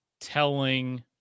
telling